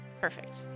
Perfect